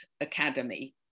Academy